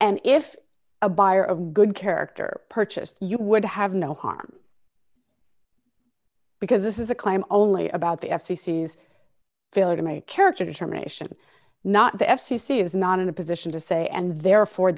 and if a buyer of good character purchased you would have no harm because this is a claim only about the f c c has failed in my character determination not the f c c is not in a position to say and therefore